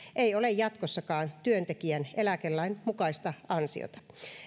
ei ole jatkossakaan työntekijän eläkelain mukaista ansiota